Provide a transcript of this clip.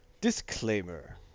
Disclaimer